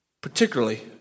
particularly